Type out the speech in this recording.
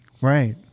Right